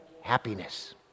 happiness